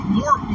more